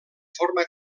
forma